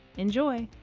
enjoy.